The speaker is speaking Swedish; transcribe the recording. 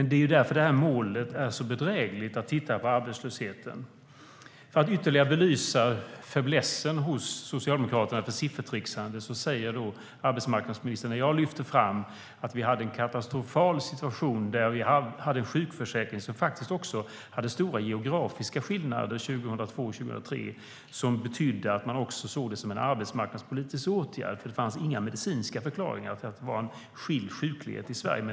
Det är därför målet när man tittar på arbetslösheten är så bedrägligt. För att ytterligare belysa fäblessen för siffertricksande hos Socialdemokraterna säger arbetsmarknadsministern något när jag lyfter fram att vi hade en katastrofal situation med en sjukförsäkring som också hade stora geografiska skillnader 2002-2003. Det betydde att man också såg det som en arbetsmarknadspolitisk åtgärd, för det fanns inga medicinska förklaringar till att det var en skild sjuklighet i Sverige.